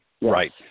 Right